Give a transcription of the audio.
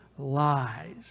lies